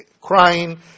Crying